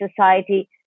society